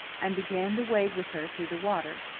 and began to wade with her through the water.